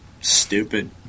stupid